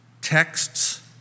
texts